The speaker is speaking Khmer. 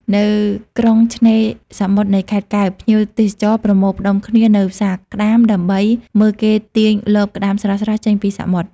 នៅក្រុងឆ្នេរសមុទ្រនៃខេត្តកែប ភ្ញៀវទេសចរប្រមូលផ្តុំគ្នានៅផ្សារក្តាម ដើម្បីមើលគេទាញលបក្តាមស្រស់ៗចេញពីសមុទ្រ។